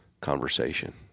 conversation